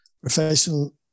professional